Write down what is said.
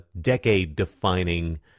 decade-defining